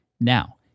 Now